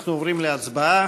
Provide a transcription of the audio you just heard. אנחנו עוברים להצבעה.